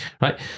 Right